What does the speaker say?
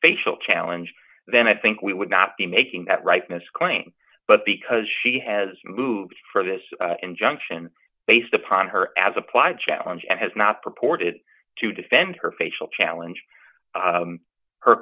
facial challenge then i think we would not be making that rightness claim but because she has moved for this injunction based upon her as applied challenge and has not purported to defend her facial challenge